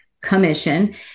commission